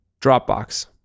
Dropbox